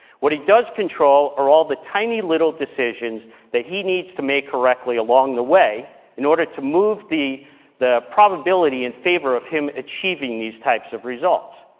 what he does control are all the tiny little decisions that he needs to make correctly along the way in order to move the the probability in favor of him achieving these types of results.